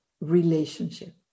relationship